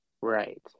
Right